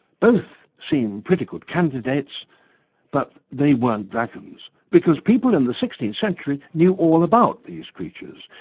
both seem pretty good candidates but they weren't dragons, because people in the sixteenth century knew all about these creatures,